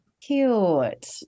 Cute